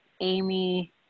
Amy